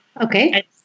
Okay